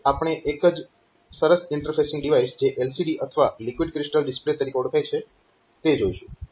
આગળ આપણે એક જ સરસ ઇન્ટરફેસિંગ ડિવાઇસ જે LCD અથવા લિક્વિડ ક્રિસ્ટલ ડિસ્પ્લે તરીકે ઓળખાય છે તે જોઇશું